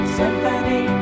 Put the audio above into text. symphony